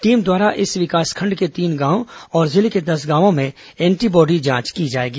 team द्वारा इस विकासखंड के तीन गांव और जिले के दस गांवों में एन्टी बॉडी जांच की जाएगी